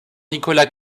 nicolas